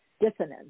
dissonance